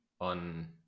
on